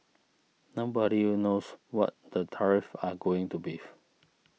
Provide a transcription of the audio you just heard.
nobody knows what the tariffs are going to beef